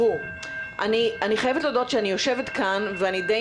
אני חייבת להודות שאני יושבת כאן ואני די